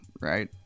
right